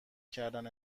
کردن